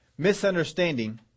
Misunderstanding